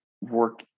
work